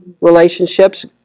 relationships